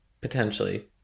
potentially